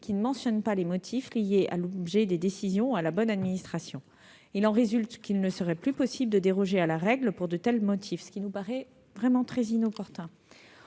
qui ne mentionnent pas les motifs liés à l'objet des décisions et à la bonne administration. Il en résulte qu'il ne serait plus possible de déroger à la règle pour de tels motifs, ce qui nous paraît vraiment très inopportun.